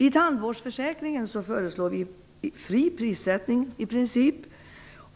I fråga om tandvårdsförsäkringen föreslår vi i princip fri prissättning